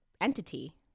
entity